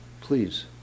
Please